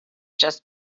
just